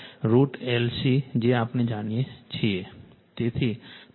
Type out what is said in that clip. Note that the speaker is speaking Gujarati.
તેથી π f01√L C છે